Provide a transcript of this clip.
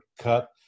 cut